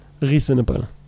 reasonable